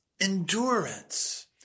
endurance